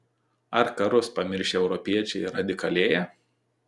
ar karus pamiršę europiečiai radikalėja